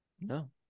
No